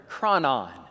chronon